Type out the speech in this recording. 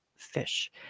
fish